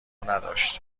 نداشت